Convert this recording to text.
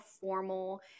formal